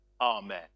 Amen